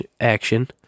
action